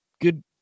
good